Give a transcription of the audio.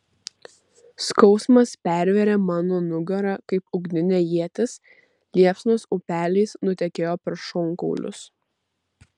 skausmas pervėrė mano nugarą kaip ugninė ietis liepsnos upeliais nutekėjo per šonkaulius